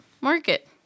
market